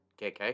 KK